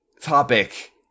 topic